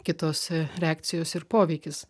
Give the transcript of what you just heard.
kitos reakcijos ir poveikis